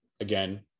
again